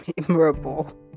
memorable